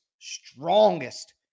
strongest